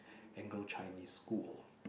Anglo-Chinese School